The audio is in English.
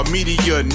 Media